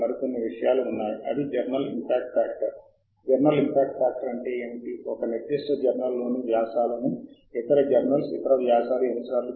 మరియు మీరు ప్రచురణలను అనులేఖనాల సంఖ్యతో క్రమబద్ధీకరించవచ్చు మరియు మీరు వాటిని ఉన్నత స్థాయి నుండి అత్యల్ప స్థాయికి ఉదహరించవచ్చు అత్యధికంగా ఎగువన ఉండటం